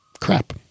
crap